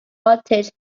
mortgage